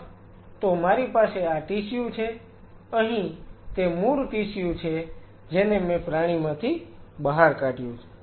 તેનો અર્થ તો મારી પાસે આ ટિશ્યુ છે અહીં તે મૂળ ટિશ્યુ છે જેને મેં પ્રાણીમાંથી બહાર કાઢ્યું છે